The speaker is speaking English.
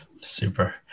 super